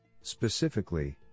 Specifically